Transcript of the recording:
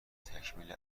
تکمیل